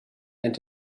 and